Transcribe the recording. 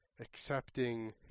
accepting